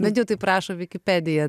bent jau taip rašo vikipedija